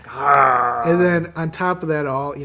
ah then, on top of that all,